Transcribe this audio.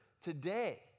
today